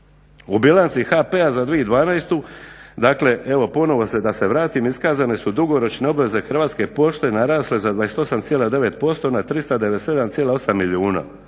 U bilanci HP-a za 2012. dakle evo ponovo da se vratim, iskazane su dugoročne obveze Hrvatske pošte narasle za 28,9% na 397,8 milijuna.